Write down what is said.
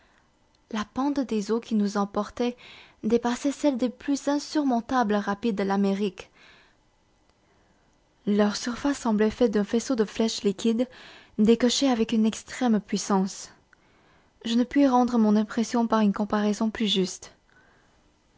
la pente des eaux qui nous emportaient dépassait celle des plus insurmontables rapides de l'amérique leur surface semblait faite d'un faisceau de flèches liquides décochées avec une extrême puissance je ne puis rendre mon impression par une comparaison plus juste